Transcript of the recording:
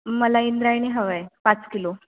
मला इंद्रायणी हवं आहे पाच किलो